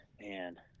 Man